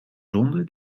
sonde